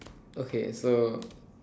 okay so